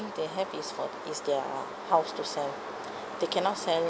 they have is for is their house to sell they cannot sell